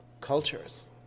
cultures